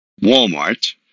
Walmart